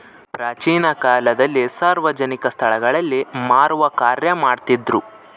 ಪ್ರಾಚೀನ ಕಾಲದಲ್ಲಿ ಸಾರ್ವಜನಿಕ ಸ್ಟಳಗಳಲ್ಲಿ ಮಾರುವ ಕಾರ್ಯ ಮಾಡ್ತಿದ್ರು